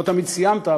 לא תמיד סיימת,